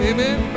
Amen